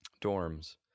dorms